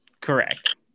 Correct